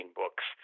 books